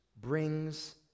brings